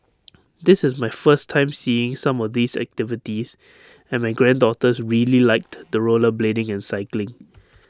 this is my first time seeing some of these activities and my granddaughters really liked the rollerblading and cycling